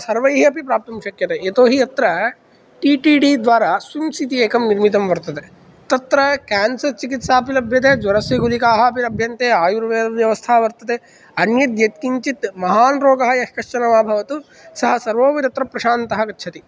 सर्वैः अपि प्राप्तुं शक्यते यतोहि अत्र टीटीडी द्वारा सुन्स् इती एकं निर्मितं वर्तते तत्र कैन्सर् चिकित्सा अपि लभ्यते ज्वरस्य गुलिकाः अपि लभ्यन्ते आयुर्वेदव्यवस्था वर्तते अन्यत् यद् किञ्चित् महान् रोगः यः कश्चन वा भवतु सः सर्वमपि तत्र प्रशान्तः गच्छति